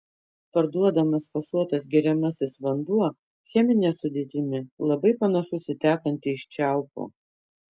parduodamas fasuotas geriamasis vanduo chemine sudėtimi labai panašus į tekantį iš čiaupo